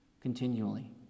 continually